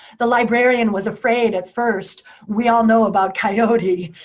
the librarian was afraid at first. we all know about coyote.